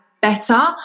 Better